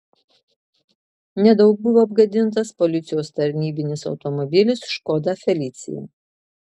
nedaug buvo apgadintas policijos tarnybinis automobilis škoda felicia